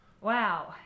Wow